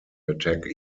attack